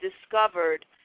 discovered